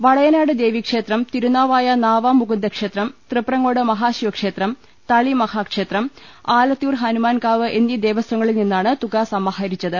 വളയനാട് ദേവീക്ഷേത്രം തിരുനാവായ നാവാമു കുന്ദക്ഷേത്രം തൃപ്രങ്ങോട് മഹാശിവക്ഷേത്രം തളി മഹാക്ഷേത്രം ആല ത്തിയൂർ ഹനുമാൻകാവ് എന്നീ ദേവസ്ങ്ങളിൽനിന്നാണ് തുക സമാഹ രിച്ചത്